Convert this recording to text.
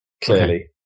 clearly